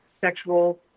sexual